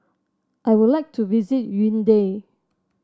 I would like to visit Yaounde